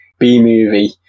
b-movie